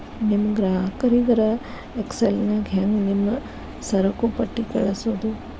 ನಿಮ್ ಗ್ರಾಹಕರಿಗರ ಎಕ್ಸೆಲ್ ನ್ಯಾಗ ಹೆಂಗ್ ನಿಮ್ಮ ಸರಕುಪಟ್ಟಿ ಕಳ್ಸೋದು?